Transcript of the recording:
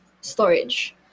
storage